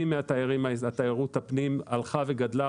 תיירות הפנים הלכה וגדלה,